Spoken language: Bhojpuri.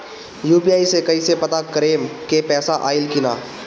यू.पी.आई से कईसे पता करेम की पैसा आइल की ना?